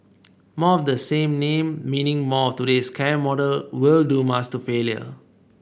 more of the same name meaning more of today's care model will doom us to failure